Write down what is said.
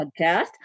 podcast